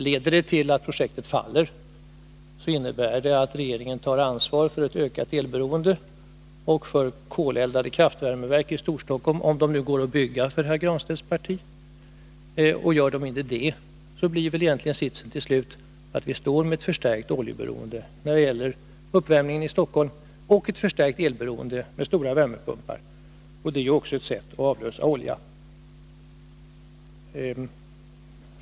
Leder det till att projektet faller, innebär det att regeringen tar ansvar för ett ökat elberoende och för koleldade kraftvärmeverk i Storstockholm, om det nu går att bygga dem för herr Granstedts parti, och gör det inte det blir väl situationen till sist den att vi får ett förstärkt oljeberoende när det gäller uppvärmningen i Stockholm och ett förstärkt elberoende med stora värmepumpar. Det är ju också ett sätt att avlösa oljan.